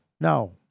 No